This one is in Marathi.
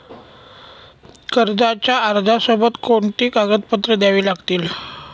कर्जाच्या अर्जासोबत कोणती कागदपत्रे द्यावी लागतील?